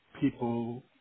people